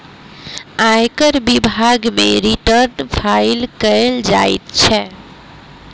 आयकर विभाग मे रिटर्न फाइल कयल जाइत छै